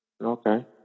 Okay